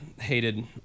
hated